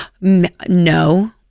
No